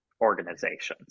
organizations